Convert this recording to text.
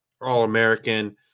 All-American